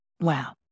Wow